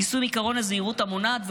יישום עקרון הזהירות המונעת,